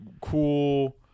cool